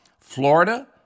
Florida